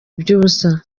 iby’ubusa